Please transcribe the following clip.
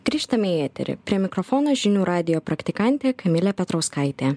grįžtame į eterį prie mikrofono žinių radijo praktikantė kamilė petrauskaitė